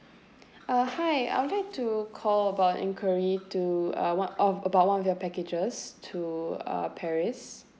uh hi I would like to call about inquiry to uh one of about one of your packages to uh paris